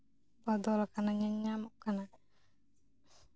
ᱵᱚᱫᱚᱞ ᱠᱟᱱᱟ ᱧᱮᱞ ᱧᱟᱢᱚᱜ ᱠᱟᱱᱟ